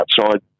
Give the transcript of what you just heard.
outside